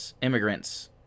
immigrants